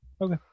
Okay